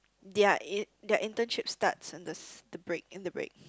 their in their internship starts in the s~ the break in the break